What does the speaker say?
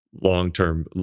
long-term